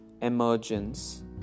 Emergence